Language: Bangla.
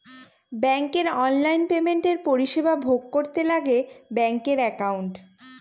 ব্যাঙ্কের অনলাইন পেমেন্টের পরিষেবা ভোগ করতে লাগে ব্যাঙ্কের একাউন্ট